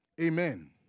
Amen